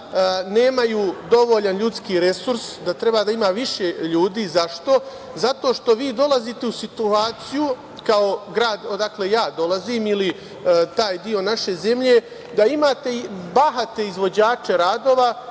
nemaju dovoljno ljudskih resursa, da treba da ima više ljudi. Zašto? Zato što vi dolazite u situaciji, kao grad odakle ja dolazim, ili taj deo naše zemlje, da imate bahate izvođače radova